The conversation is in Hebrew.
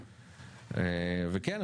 וכן,